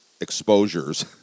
exposures